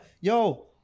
Yo